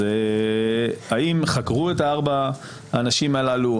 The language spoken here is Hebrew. האם חקרו את ארבעת האנשים הללו?